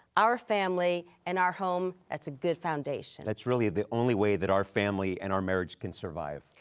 our family, and our home. that's a good foundation. that's really the only way that our family and our marriage can survive.